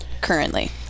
currently